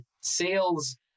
sales